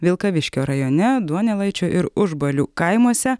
vilkaviškio rajone duonelaičių ir užbalių kaimuose